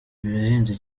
birahenze